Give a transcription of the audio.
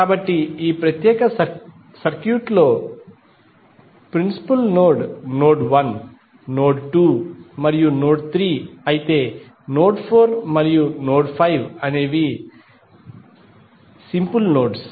కాబట్టి ఈ ప్రత్యేక సర్క్యూట్ లో ప్రిన్సిపుల్ నోడ్ నోడ్ 1 నోడ్ 2 మరియు నోడ్ 3 అయితే నోడ్ 4 మరియు నోడ్ 5 అనేవి సింపుల్ నోడ్స్